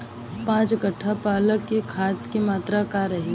पाँच कट्ठा पालक में खाद के मात्रा का रही?